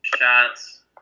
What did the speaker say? shots